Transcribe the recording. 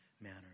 manner